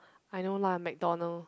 I know lah McDonald